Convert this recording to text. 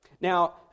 Now